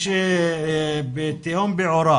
תהום פעורה